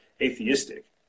atheistic